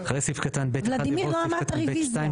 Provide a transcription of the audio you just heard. ולדימיר, לא אמרת רביזיה.